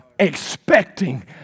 expecting